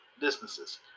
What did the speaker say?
businesses